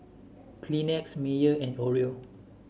Kleenex Mayer and Oreo